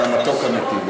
אתה מתוק אמיתי.